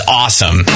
awesome